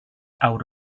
out